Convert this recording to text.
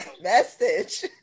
Message